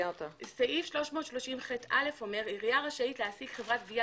סעיף 330ח(א) אומר: עירייה רשאית להעסיק חברת גבייה